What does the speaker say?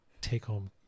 take-home